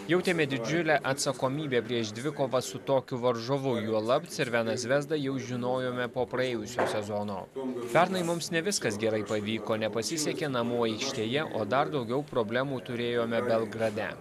jautėme didžiulę atsakomybę prieš dvikovą su tokiu varžovu juolab cerveną zvezdą jau žinojome po praėjusio sezono pernai mums ne viskas gerai pavyko nepasisekė namų aikštėje o dar daugiau problemų turėjome belgrade